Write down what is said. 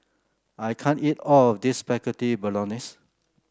I can't eat all of this Spaghetti Bolognese